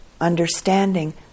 understanding